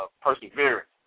perseverance